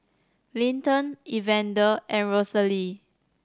Linton Evander and Rosalie